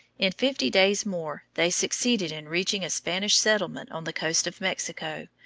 in fifty days more they succeeded in reaching a spanish settlement on the coast of mexico,